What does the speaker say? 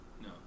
no